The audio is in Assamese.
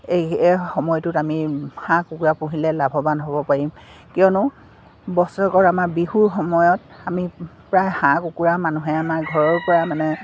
এই এই সময়টোত আমি হাঁহ কুকুৰা পুহিলে লাভৱান হ'ব পাৰিম কিয়নো বছৰেকৰ আমাৰ বিহুৰ সময়ত আমি প্ৰায় হাঁহ কুকুৰা মানুহে আমাৰ ঘৰৰ পৰা মানে